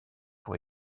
pour